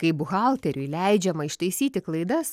kai buhalteriui leidžiama ištaisyti klaidas